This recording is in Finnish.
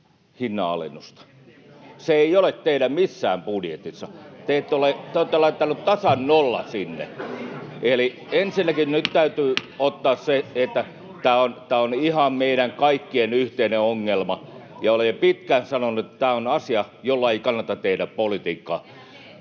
hinnanalennusta. Se ei ole missään teidän budjetissanne. Te olette laittaneet tasan nollan sinne. Eli ensinnäkin nyt täytyy ottaa se, että tämä on ihan meidän kaikkien yhteinen ongelma, ja olen jo pitkään sanonut, että tämä on asia, jolla ei kannata tehdä politiikkaa.